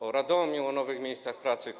o Radomiu, o nowych miejscach pracy.